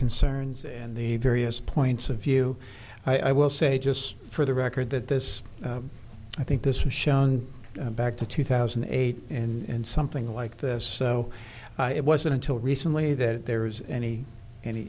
concerns and the various points of view i will say just for the record that this i think this was shown back to two thousand and eight in something like this so it wasn't until recently that there was any any